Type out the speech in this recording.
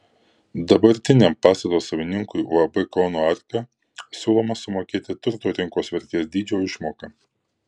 dabartiniam pastato savininkui uab kauno arka siūloma sumokėti turto rinkos vertės dydžio išmoką